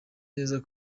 neza